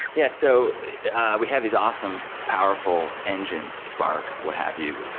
yeah. so we have these awesome, powerful engines, spark, what have you,